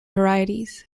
varieties